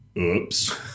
Oops